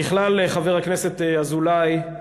ככלל, חבר הכנסת אזולאי,